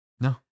No